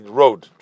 road